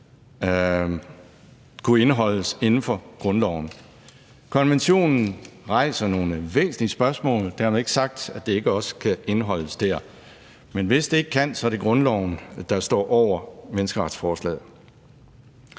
kunne indeholdes inden for grundloven. Konventionen rejser nogle væsentlige spørgsmål, men dermed ikke sagt, at det ikke også kan indeholdes der, men hvis det ikke kan, er det grundloven, der står over menneskerettighedskonventionen.